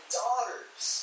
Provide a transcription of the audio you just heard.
daughters